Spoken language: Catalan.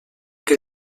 que